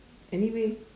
anyway